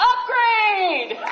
Upgrade